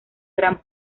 gran